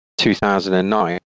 2009